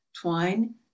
twine